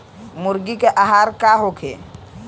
मुर्गी के आहार का होखे?